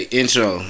intro